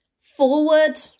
Forward